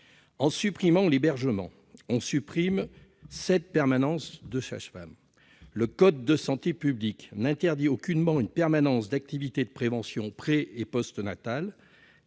En supprimant l'hébergement, on supprime cette permanence des sages-femmes. Le code de la santé publique n'interdit aucunement une permanence d'activités de prévention pré et postnatale.